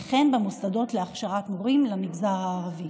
וכן במוסדות להכשרת מורים למגזר הערבי.